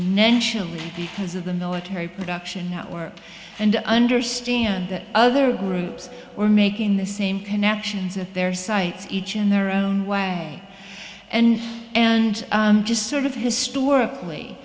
net because of the military production network and to understand that other groups were making the same connections at their sites each in their own way and and just sort of historically